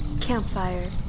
Campfire